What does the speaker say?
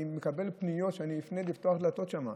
אני מקבל פניות, שאני אפנה לפתוח דלתות שם,